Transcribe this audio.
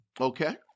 Okay